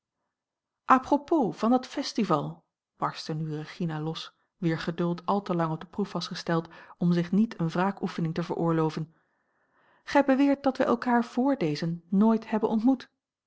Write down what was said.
propos van dat festival barstte nu regina los wier geduld al te lang op de proef was gesteld om zich niet eene wraakoefening te veroorlooven gij beweert dat wij elkaar vr dezen nooit hebben ontmoet